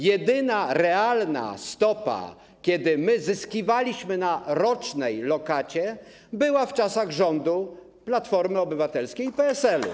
Jedyna realna stopa, kiedy zyskiwaliśmy na rocznej lokacie, była w czasach rządu Platformy Obywatelskiej i PSL-u.